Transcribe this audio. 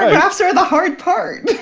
are the hard part.